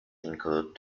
include